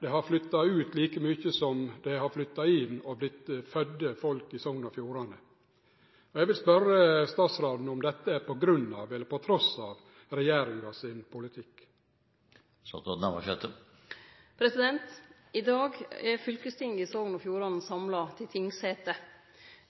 har vorte fødde og dei som har flytta inn i Sogn og Fjordane. Eg vil spørje statsråden om dette er på grunn av eller trass i regjeringa sin politikk. I dag er fylkestinget i Sogn og Fjordane samla til tingsete. Dette